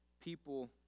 people